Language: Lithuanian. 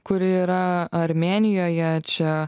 kuri yra armėnijoje čia